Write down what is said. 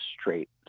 straight